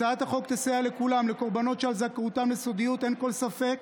הצעת החוק תסייע לכולם: לקורבנות שעל זכאותם לסודיות אין כל ספק